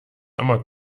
amok